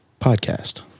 Podcast